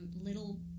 little